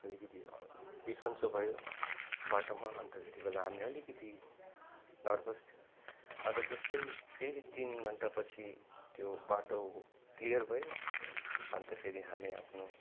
अलिकति बिसन्चो भयो बाटोमा अन्त त्यति बेला हामी अलिकति नर्भस थियो अन्त जस्तै फेरि तिन घन्टा पछि त्यो बाटो क्लियर भयो अन्त फेरि हामी आफ्नो